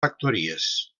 factories